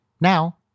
Now